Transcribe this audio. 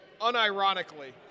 Unironically